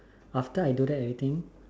after I do that everything